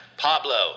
Pablo